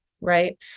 right